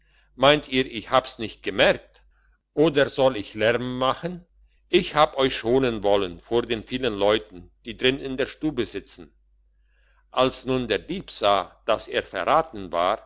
meint ihr ich hab's nicht gemerkt oder soll ich lärmen machen ich hab euch schonen wollen vor den vielen leuten die drin in der stube sitzen als nun der dieb sah dass er verraten sei